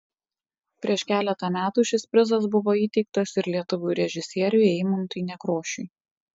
prieš keletą metų šis prizas buvo įteiktas ir lietuvių režisieriui eimuntui nekrošiui